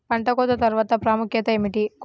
పంట కోత తర్వాత ప్రాముఖ్యత ఏమిటీ?